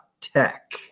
Tech